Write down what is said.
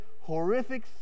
horrific